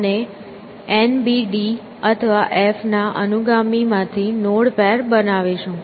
અને N B D અથવા F ના અનુગામી માંથી નોડ પેર બનાવીશું